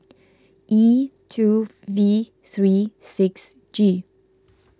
E two V three six G